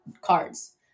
Cards